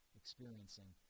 experiencing